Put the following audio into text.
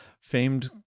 famed